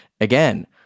Again